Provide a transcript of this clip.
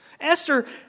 Esther